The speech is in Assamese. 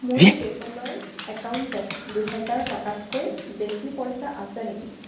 মোৰ পে'পলৰ একাউণ্টত দুহেজাৰ টকাতকৈ বেছি পইচা আছে নেকি